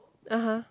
(uh huh)